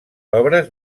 obres